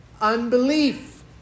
unbelief